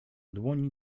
dłoni